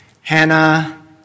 Hannah